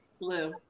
Blue